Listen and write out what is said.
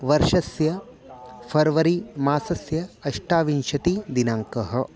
वर्षस्य फ़र्वरीमासस्य अष्टाविंशतिः दिनाङ्कः